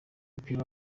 w’umupira